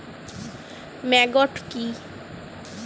Maggot কি?